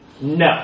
No